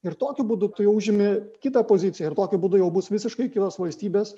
ir tokiu būdu tu jau užimi kitą poziciją ir tokiu būdu jau bus visiškai kitos valstybės